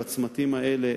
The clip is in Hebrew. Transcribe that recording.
בצמתים האלה,